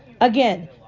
again